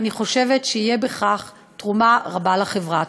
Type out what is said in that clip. ואני חושבת שיהיה בכך תרומה רבה לחברה.